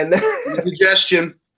Suggestion